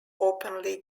openly